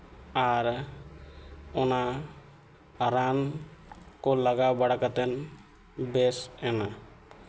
ᱟᱨ ᱚᱱᱟ ᱨᱟᱱ ᱠᱚ ᱞᱟᱜᱟᱣ ᱵᱟᱲᱟ ᱠᱟᱛᱮ ᱵᱮᱥ ᱮᱱᱟ